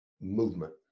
movement